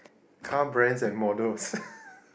car brands and models